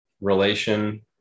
relation